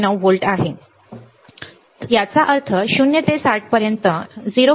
9 volt आहे याचा अर्थ 0 ते 60 पर्यंत 0